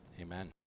Amen